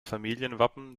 familienwappen